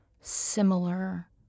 similar